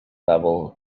level